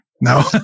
No